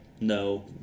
no